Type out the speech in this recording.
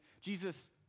Jesus